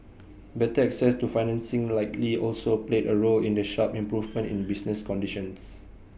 better access to financing likely also played A role in the sharp improvement in business conditions